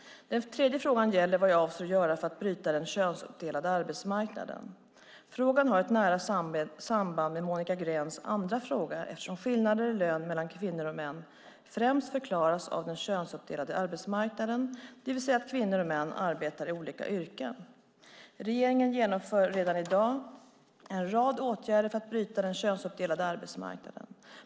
Den tredje frågan gäller vad jag avser att göra för att bryta den könsuppdelade arbetsmarknaden. Frågan har ett nära samband med Monica Greens andra fråga eftersom skillnader i lön mellan kvinnor och män främst förklaras av den könsuppdelade arbetsmarknaden, det vill säga att kvinnor och män arbetar i olika yrken. Regeringen genomför redan i dag en rad åtgärder för att bryta den könsuppdelade arbetsmarknaden.